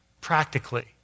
practically